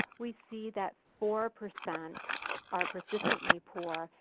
we see that four percent are persistently poor.